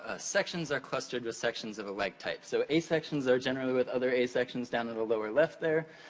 ah sections are clustered with sections of a like type. so, a sections are generally with other a sections down in the lower left, there.